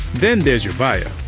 then there's your bio,